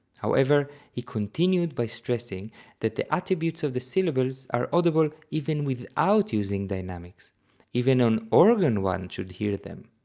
however, he continued by stressing that the attributes of the syllables are audible even without using dynamics even on organ one should hear them.